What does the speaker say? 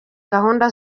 gahunda